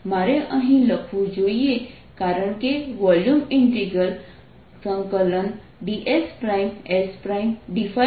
મારે અહીં લખવું જોઈએ કારણ કે વોલ્યુમ ઇન્ટિગ્રલdssdϕdz છે